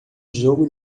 jogo